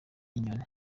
inyoni